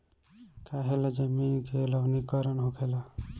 काहें ला जमीन के लवणीकरण होखेला